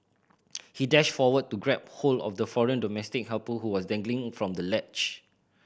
he dashed forward to grab hold of the foreign domestic helper who was dangling from the ledge